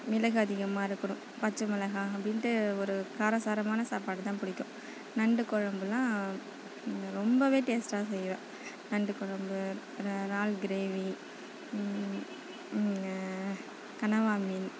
மிளகு அதிகமாக இருக்கணும் பச்சை மிளகாய் அப்படின்ட்டு ஒரு காரசாரமான சாப்பாடு தான் பிடிக்கும் நண்டு குழம்புலாம் ரொம்பவே டேஸ்டாகவே செய்வேன் நண்டு குழம்பு இறால் கிரேவி கனவா மீன்